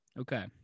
Okay